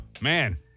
man